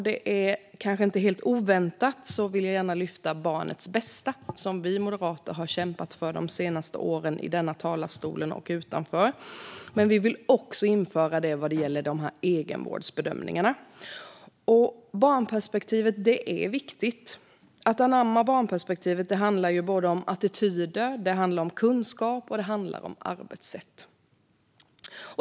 Det är kanske inte helt oväntat att jag gärna vill lyfta barnets bästa, som vi moderater har kämpat för de senaste åren i denna talarstol och utanför. Men vi vill också införa detta vad gäller egenvårdsbedömningarna. Barnperspektivet är viktigt. Att anamma barnperspektivet handlar om attityder, kunskap och arbetssätt.